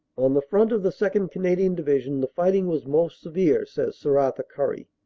on the front of the second. canadian division the fighting was most severe, says sir arthur currie.